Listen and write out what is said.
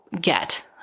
get